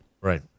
Right